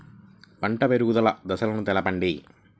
పంట పెరుగుదల దశలను తెలపండి?